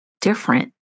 different